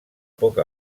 poc